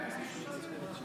פעם מישהו כזה,